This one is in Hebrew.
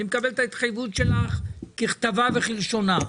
אני מקבל את ההתחייבות שלך ככתבה וכלשונה,